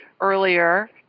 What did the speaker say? earlier